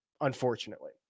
unfortunately